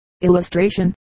Illustration